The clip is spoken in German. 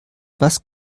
was